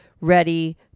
ready